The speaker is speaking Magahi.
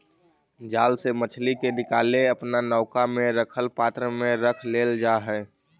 जाल से मछली के निकालके अपना नौका में रखल पात्र में रख लेल जा हई